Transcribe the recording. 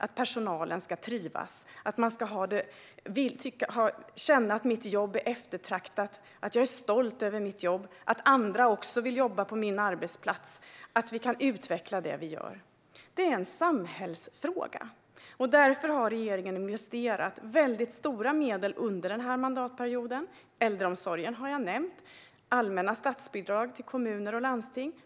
De ska känna att deras jobb är eftertraktat, att de är stolta över sitt jobb, att andra också vill jobba på deras arbetsplats och att de kan utveckla det de gör. Det här är en samhällsfråga. Därför har regeringen administrerat mycket stora medel under mandatperioden. Att medlen har gått till äldreomsorgen har jag nämnt. Det har också handlat om allmänna statsbidrag till kommuner och landsting.